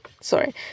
Sorry